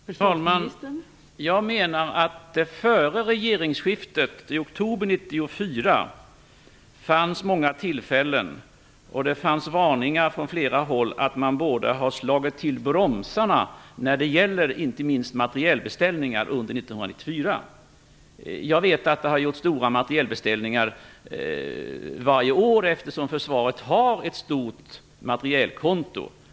Fru talman! Jag menar att det före regeringsskiftet i oktober 1994 kom många varningar från flera håll om att man borde ha slagit till bromsarna när det gäller inte minst materielbeställningar under 1994. Jag vet att det har gjorts stora materielbeställningar varje år, eftersom försvaret har ett stort materielkonto.